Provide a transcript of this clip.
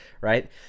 right